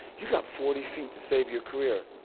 you got forty feet to save your career